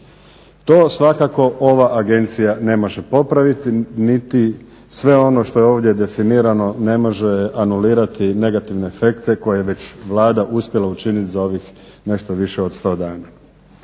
To svakako ova agencija ne može popraviti niti sve ono što je ovdje definirano ne može anulirati negativne efekte koje je već Vlada uspjela učiniti za ovih nešto više od 100 dana.